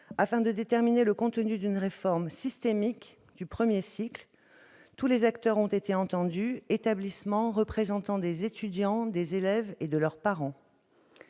afin de déterminer le contenu d'une réforme systémique du premier cycle. Tous les acteurs ont été entendus : établissements et représentants des étudiants, des élèves et de leurs parents.